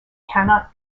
cannot